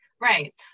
right